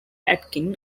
atkin